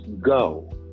go